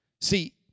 See